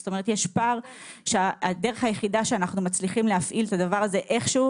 זאת אומרת יש פער ואנחנו מצליחים להפעיל את הדבר הזה איכשהו